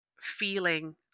feeling